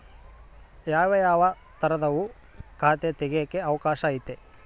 ಯಾವ್ಯಾವ ತರದುವು ಖಾತೆ ತೆಗೆಕ ಅವಕಾಶ ಐತೆ?